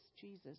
Jesus